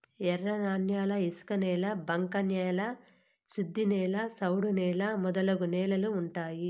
ఎర్రన్యాల ఇసుకనేల బంక న్యాల శుద్ధనేల సౌడు నేల మొదలగు నేలలు ఉన్నాయి